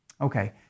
Okay